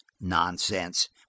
nonsense